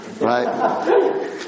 right